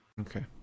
Okay